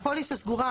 הפוליסה סגורה.